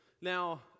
Now